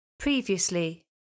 Previously